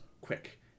quick